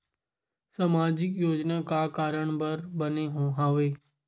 सामाजिक योजना का कारण बर बने हवे?